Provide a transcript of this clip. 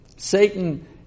Satan